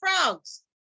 frogs